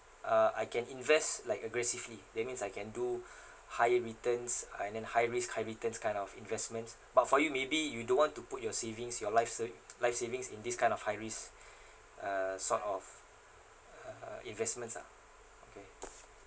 uh I can invest like aggressively that means I can do higher returns I mean high risk high returns kind of investments but for you maybe you don't want to put your savings your life savi~ life savings in this kind of high risk uh sort of uh investments ah okay